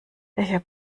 welcher